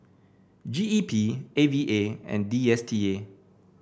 G E P A V A and D S T A